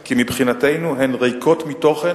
כי מבחינתנו הן ריקות מתוכן,